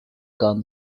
gun